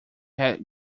had